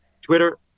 Twitter